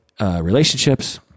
relationships